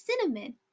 Cinnamon